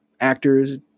actors